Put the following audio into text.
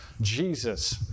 Jesus